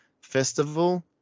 festival